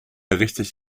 richtig